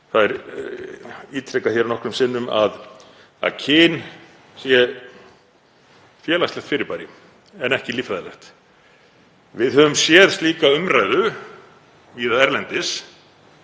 Það er ítrekað hér nokkrum sinnum að kyn sé félagslegt fyrirbæri en ekki líffræðilegt. Við höfum séð slíka umræðu víða erlendis,